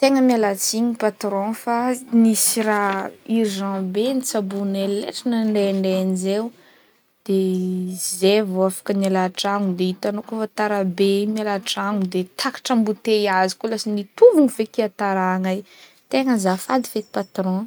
Tegna miala tsiny patron fa nisy raha urgent be notsaboinay letry nandendeha njeo, de zay vao afaka miala antragno de hitagnao kaofa tarabe igny miala antragno de takatra embouteillage koa lasa nitombo feky hataragna igny tegna azafady feky patron.